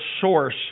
source